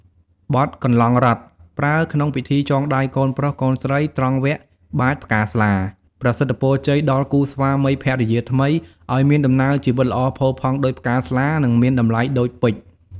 បទកន្លង់រតន៍ ប្រើក្នុងពិធីចងដៃកូនប្រុស កូនស្រី ត្រង់វគ្គបាចផ្កាស្លា ប្រសិទ្ធពរជ័យ ដល់គូស្វាមីភរិយាថ្មី ឱ្យមានដំណើរជីវិតល្អផូរផង់ដូចផ្កាស្លា និងមានតម្លៃដូចពេជ្រ។